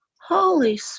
Holy